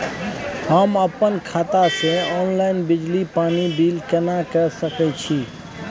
हम अपन खाता से ऑनलाइन बिजली पानी बिल केना के सकै छी?